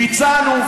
ביצענו,